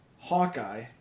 Hawkeye